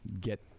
get